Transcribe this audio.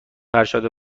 فرشاد